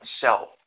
self